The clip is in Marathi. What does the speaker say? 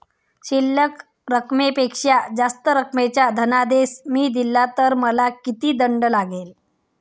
शिल्लक रकमेपेक्षा जास्त रकमेचा धनादेश मी दिला तर मला किती दंड लागेल?